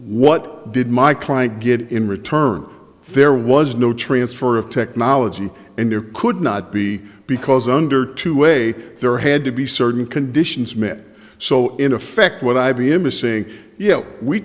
what did my client get in return there was no transfer of technology and there could not be because under two way there had to be certain conditions met so in effect what i b m is saying yeah we